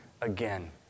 again